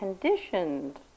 conditioned